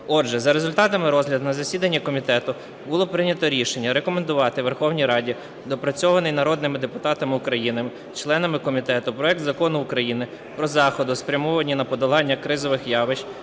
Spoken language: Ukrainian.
Отже, за результатами розгляду на засіданні комітету було прийнято рішення рекомендувати Верховній Раді доопрацьований народними депутатами України членами комітету проект Закону України про заходи, спрямовані на подолання кризових явищ